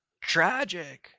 tragic